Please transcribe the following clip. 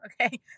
okay